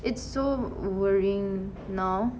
it's so worrying now